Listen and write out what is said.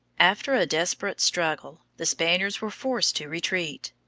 after a desperate struggle, the spaniards were forced to retreat.